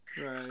right